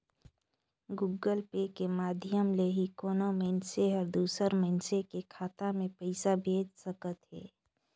Google pay के माधियम ले ही कोनो मइनसे हर दूसर मइनसे के खाता में पइसा भेज सकत हें